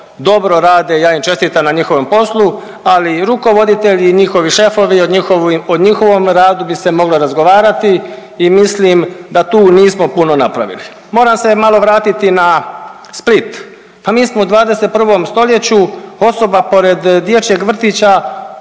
dobro rade i ja im čestitam na njihovom poslu, ali rukovoditelji i njihovi šefovi, o njihovom radu bi se moglo razgovarati i mislim da tu nismo puno napravili. Moram se malo vratiti na Split. Pa mi smo u 21. st. osoba pored dječjeg vrtića